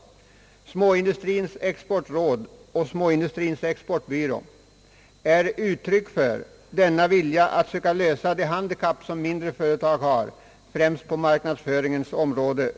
Småindustrins exportråd och småindustrins exportbyrå är uttryck för denna vilja att söka kompensera de handikapp som mindre företag har, främst på marknadsföringens område.